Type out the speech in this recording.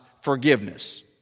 forgiveness